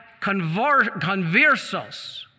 conversos